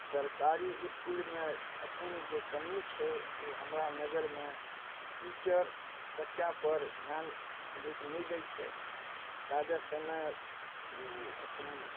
सरकारी इसकुलमे एखन जे कमी छै ओ हमरा नजरिमे टीचर बच्चापर धिआन अधिक नहि दै छै ज्यादा समय ओ अपन